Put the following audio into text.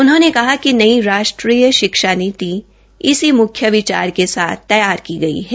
उन्होंने कहा कि नई राष्ट्रीय शिक्षा नीति इसी मुख्य विचार के साथ तैयार की गई है